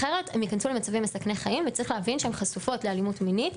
אחרת הן יכנסו למצבים מסכני חיים וצריך להבין שהן חשופות לאלימות מינית,